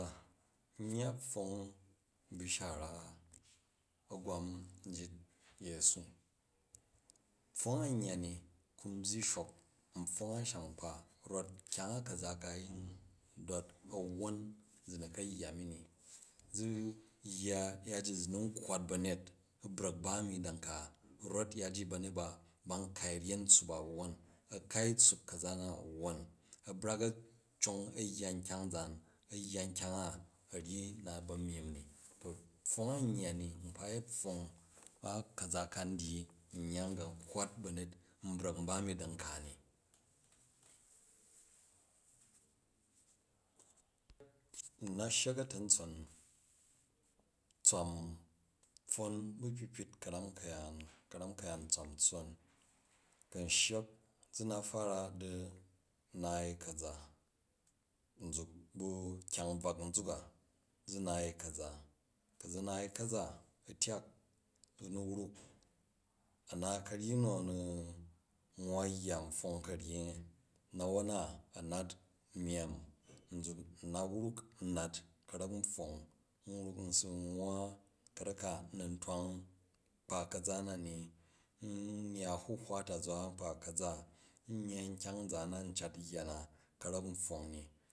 N yya pfong bishara a̱gwam njit yesu. Pfong a̱ n yya in kan n byyi shok, n pfong an shara nkpa rot kyang a ka̱za kayi dop a̱wwon zi ni ka yya mini, zi yya yaji zi ni kuwak u ba̱nyet u brak bani da̱ nka, rot yaji ba̱nyet ba, ba kai ryen tssup a awwon, a kai tssup ka̱na na awwon, a̱ brak a̱ conf a̱ yya nkyang zaan, a yya nkyana a a̱ ryi na ba̱ nyim ni. Pfong a̱ ka̱za ka n dyi n yya riga kurwat ba̱nyet ba n bra̱k n ba mi da nka ni. N na shyek a̱taa̱ ntson, tswan pfwn bu kpikpit, ka̱ram ka̱yaam ka̱rau ka̱yan tsam tswon. Ku̱ in shyek zi na fara di naai ka̱za, nzuk bu kyang brak nzuk a, zi naai ka̱za, ku zi naai ka̱za u̱ tyak, zi ni wruk a̱na karyi nu, a̱ni nwa yya npfong ka̱ryi, na̱won na a̱ nat nuyyam, nzuk n na wruk n nat ka̱ra̱k pfory, n wruk nbi nwa ka̱rak ka nini twang kpa ka̱za nani, n yya a̱huhwa ta zwa kpa ka̱za, n yya nkyang zaan na n cat yya na ka̱ra̱k pfong ni.